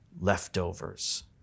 leftovers